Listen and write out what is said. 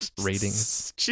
ratings